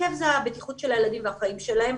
נתעכב זה הבטיחות של הילדים והחיים שלהם.